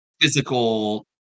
physical